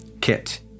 Kit